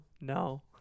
No